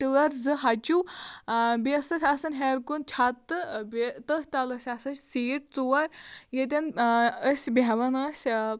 ٹٲر زٕ ہَچھو بیٚیہِ ٲسۍ تَتھ آسان ہیٚور کُن چھت تہٕ بیٚیہِ تٔتھۍ تَل ٲسۍ آسان سیٖٹ ژور ییٚتٮ۪ن أسۍ بیٚہوان ٲسۍ آ